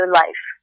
life